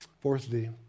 Fourthly